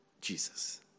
Jesus